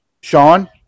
sean